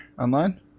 Online